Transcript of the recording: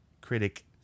critic